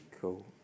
Cool